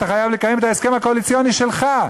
אתה חייב לקיים את ההסכם הקואליציוני שלך,